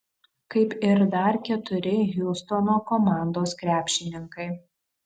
kaip ir dar keturi hjustono komandos krepšininkai